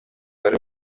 wari